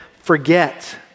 forget